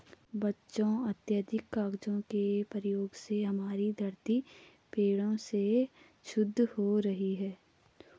बच्चों अत्याधिक कागज के प्रयोग से हमारी धरती पेड़ों से क्षुब्ध हो रही है